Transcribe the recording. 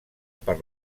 per